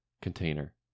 container